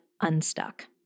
unstuck